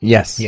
Yes